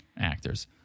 actors